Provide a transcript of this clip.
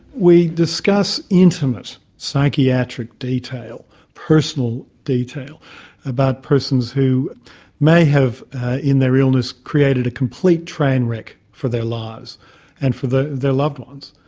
we discuss intimate psychiatric detail, personal detail about persons who may have in their illness created a complete train-wreck for their lives and for their loved ones.